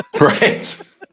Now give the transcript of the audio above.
Right